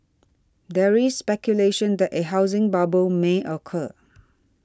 there is speculation that a housing bubble may occur